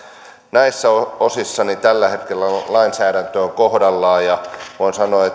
osissa tällä hetkellä lainsäädäntö on kohdallaan ja voin sanoa